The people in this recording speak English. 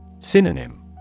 Synonym